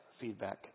feedback